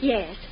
Yes